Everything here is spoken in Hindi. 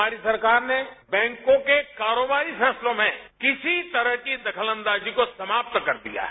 हमारी सरकार ने बैंकों के कारोबारी फैसलों में किसी तरह की दखलअंदाजी को समाप्त कर दिया है